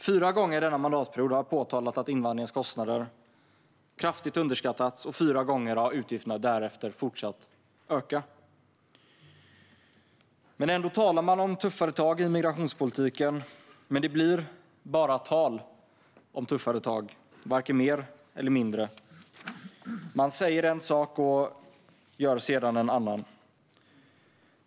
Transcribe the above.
Fyra gånger denna mandatperiod har jag påtalat att invandringens kostnader kraftigt underskattats, och fyra gånger har utgifterna därefter fortsatt att öka. Man talar om tuffare tag i migrationspolitiken. Men det blir bara tal om tuffare tag, varken mer eller mindre. Man säger en sak och gör sedan en annan.